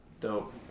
Dope